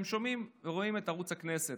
הם שומעים ורואים את ערוץ הכנסת,